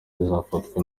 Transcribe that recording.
izafatwa